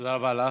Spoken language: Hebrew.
תודה רבה לך.